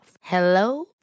Hello